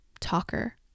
talker